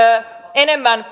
enemmän